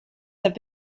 have